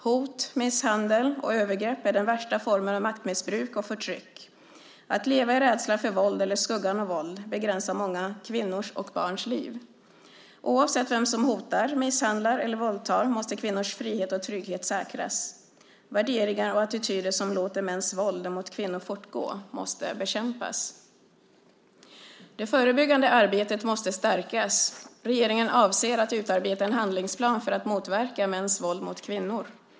Hot, misshandel och övergrepp är den värsta formen av maktmissbruk och förtryck. Att leva i rädsla för våld, eller i skuggan av våld, begränsar många kvinnors och barns liv. Oavsett vem som hotar, misshandlar eller våldtar måste kvinnors frihet och trygghet säkras. Värderingar och attityder som låter mäns våld mot kvinnor fortgå måste bekämpas. Det förebyggande arbetet måste stärkas. Regeringen avser att utarbeta en handlingsplan för att motverka mäns våld mot kvinnor.